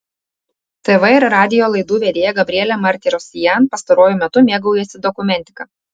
tv ir radijo laidų vedėja gabrielė martirosian pastaruoju metu mėgaujasi dokumentika